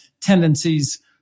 tendencies